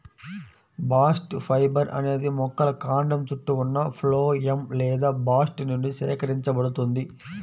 bast fibre అనేది మొక్కల కాండం చుట్టూ ఉన్న ఫ్లోయమ్ లేదా బాస్ట్ నుండి సేకరించబడుతుంది